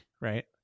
right